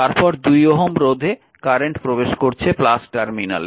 তারপর 2 Ω রোধে কারেন্ট প্রবেশ করছে টার্মিনালে